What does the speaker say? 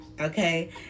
okay